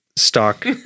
Stock